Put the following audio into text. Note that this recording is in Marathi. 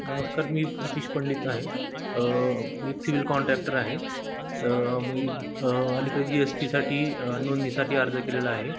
नमस्कार मी प्रितीश पंडित आहे मी एक सिविल कॉन्ट्रॅक्टर आहे तर मी अलीकडे जी एस टीसाठी नोंदणीसाठी अर्ज केलेला आहे